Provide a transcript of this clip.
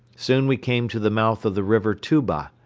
soon we came to the mouth of the river tuba,